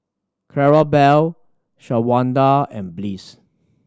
Clarabelle Shawanda and Bliss